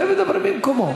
אתם מדברים במקומו.